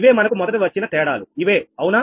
ఇవే మనకు మొదట వచ్చిన తేడాలు ఇవే అవునా